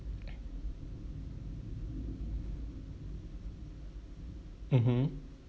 mmhmm